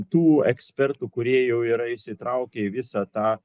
tų ekspertų kurie jau yra įsitraukę į visą tą